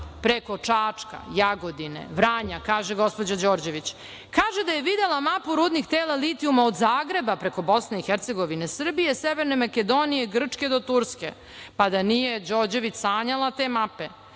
preko Čačka, Jagodine, Vranja, kaže gospođa Đorđević. Kaže da je videla mapu rudnih tela litijuma od Zagreba preko Bosne i Hercegovine, Srbije, Severne Makedonije, Grče, do Turske. Pa, da nije Đorđević sanjala te mape,